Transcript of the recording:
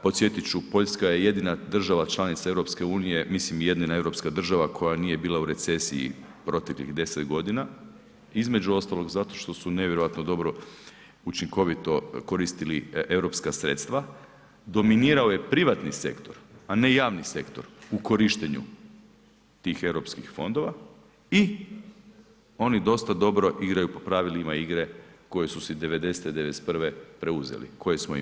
Podsjetit ću Poljska je jedina država članica EU, mislim jedina europska država koja nije bila u recesiji proteklih 10 godina, između ostalog zato što su nevjerojatno dobro, učinkovito koristili europska sredstva, dominirao je privatni sektor, a ne javni sektor, u korištenju tih Europskih fondova i oni dosta dobro igraju po pravilima igre koju su '90., '91. preuzeli, koje smo i mi.